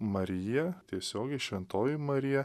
marija tiesiogiai šventoji marija